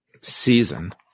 season